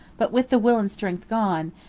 but with the will and strength gone,